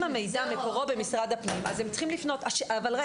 אם המידע מקורו במשרד הפנים, אז הם צריכים לפנות.